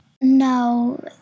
No